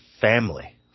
family